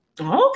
okay